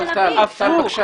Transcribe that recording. הפוך.